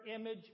image